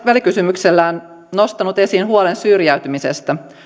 välikysymyksellään nostanut esiin huolen syrjäytymisestä